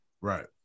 right